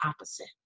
opposite